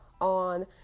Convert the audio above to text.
on